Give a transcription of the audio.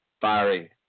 fiery